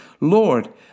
Lord